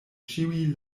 ĉiuj